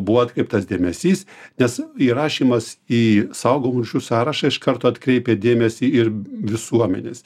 buvo atkreiptas dėmesys nes įrašymas į saugomų rūšių sąrašą iš karto atkreipė dėmesį ir visuomenės